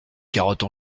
carottes